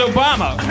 Obama